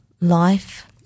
life